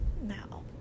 now